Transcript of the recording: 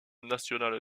nationale